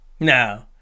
No